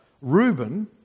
Reuben